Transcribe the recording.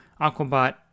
Aquabot